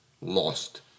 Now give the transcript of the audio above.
lost